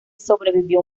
sobrevivió